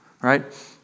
right